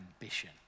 ambition